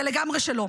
זה לגמרי שלו.